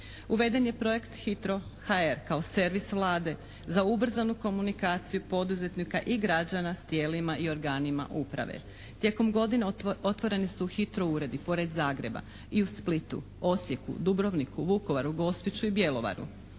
Uveden je projekt Hitro.hr kao servis Vlade za ubrzanu komunikaciju poduzetnika i građana s tijelima i organima uprave. Tijekom godine otvoreni su Hitro uredi, pored Zagreba i u Splitu, Osijeku, Dubrovniku, Vukovaru, Gospiću i Bjelovaru.